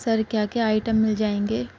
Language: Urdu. سر کیا کیا آئٹم مل جائیں گے